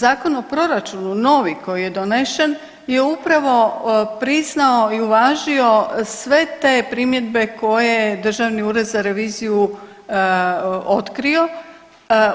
Zakon o proračunu novi koji je donesen je upravo priznao i uvažio sve te primjedbe koje je državni ured za reviziju otkrio